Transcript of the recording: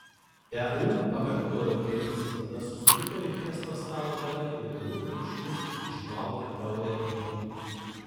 eu pakartojo perisi tada susmuko į krėslą stalo gale ir vienu gurkšniu išmaukė taurę vyno